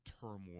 turmoil